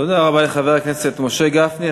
תודה רבה לחבר הכנסת משה גפני.